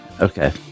Okay